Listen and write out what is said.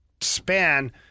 span